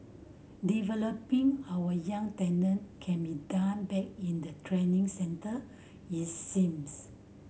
developing our young talent can be done back in the training centre it seems